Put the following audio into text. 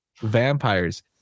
vampires